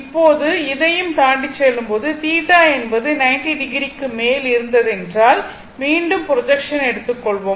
இப்போது இதையும் தாண்டிச் செல்லும்போது θ என்பது 90o க்கு மேல் இருந்ததென்றால் மீண்டும் ப்ரொஜெக்ஷன் எடுத்துக் கொள்வோம்